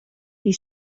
die